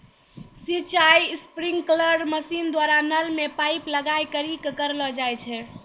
सिंचाई sprinkler machine द्वारा नल मे पाइप लगाय करि क करलो जाय छै